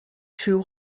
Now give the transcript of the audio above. too